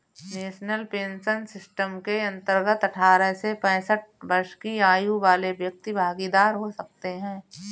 national pension system के अंतर्गत अठारह से पैंसठ वर्ष की आयु वाले व्यक्ति भागीदार हो सकते हैं